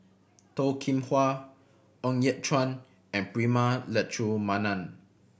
Toh Kim Hwa Ng Yat Chuan and Prema Letchumanan